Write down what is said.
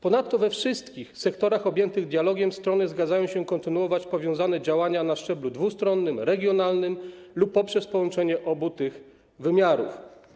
Ponadto we wszystkich sektorach objętych dialogiem strony zgadzają się kontynuować powiązane działania na szczeblu dwustronnym, regionalnym lub poprzez połączenie obu tych wymiarów.